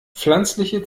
pflanzliche